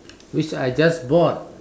which I just bought